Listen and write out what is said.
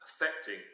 affecting